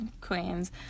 queens